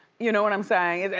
you know what i'm saying,